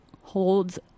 holds